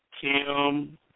Tim